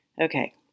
Okay